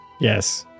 Yes